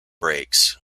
brakes